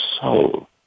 soul